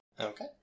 Okay